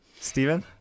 Stephen